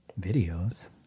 Videos